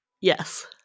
Yes